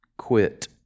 quit